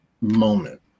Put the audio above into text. moment